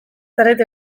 zarete